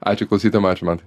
ačiū kalusytojam ačiū mantai